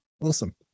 Awesome